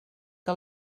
que